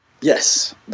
yes